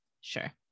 Sure